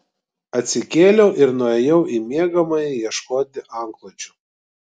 atsikėliau ir nuėjau į miegamąjį ieškoti antklodžių